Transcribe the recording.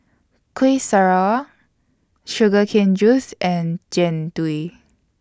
Kuih Syara Sugar Cane Juice and Jian Dui